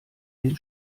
den